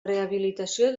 rehabilitació